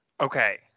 Okay